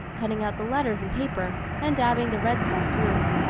cutting out the letters in paper and dabbing the red stuff through.